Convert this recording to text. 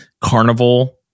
carnival